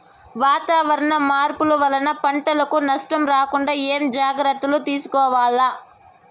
వాతావరణ మార్పులు వలన పంటలకు నష్టం రాకుండా ఏమేం జాగ్రత్తలు తీసుకోవల్ల?